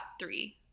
three